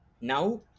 now